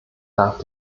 darf